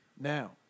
Now